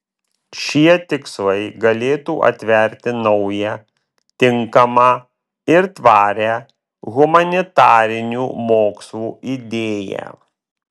šie tikslai galėtų atverti naują tinkamą ir tvarią humanitarinių mokslų idėją